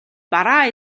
бараа